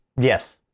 Yes